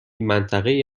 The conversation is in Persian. منطقهای